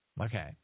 Okay